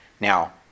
Now